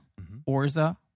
orza